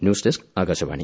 news desk Akashvani